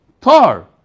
Tar